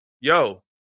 yo